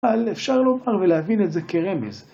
אבל אפשר לומר ולהבין את זה כרמז.